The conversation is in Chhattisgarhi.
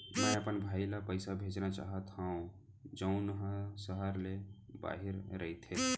मै अपन भाई ला पइसा भेजना चाहत हव जऊन हा सहर ले बाहिर रहीथे